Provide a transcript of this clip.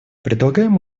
предлагаем